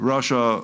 Russia